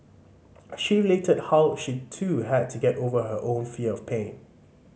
she related how she too had to get over her own fear of pain